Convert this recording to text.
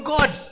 God